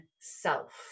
self